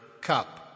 cup